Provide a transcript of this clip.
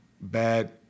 bad